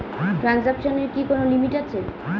ট্রানজেকশনের কি কোন লিমিট আছে?